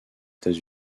états